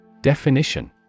Definition